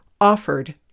offered